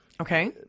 Okay